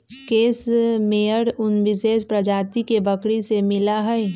case मेयर उन विशेष प्रजाति के बकरी से मिला हई